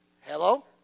Hello